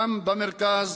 גם במרכז